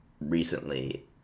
recently